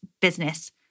business